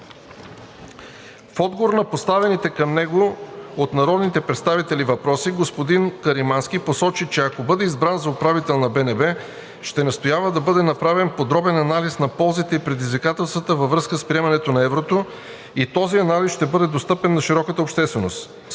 В отговор на поставените към него от народните представители въпроси господин Любомир Каримански посочи, че ако бъде избран за управител на БНБ, ще настоява да бъде направен подробен анализ на ползите и предизвикателствата във връзка с приемането на еврото и този анализ ще бъде достъпен на широката общественост.